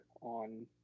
on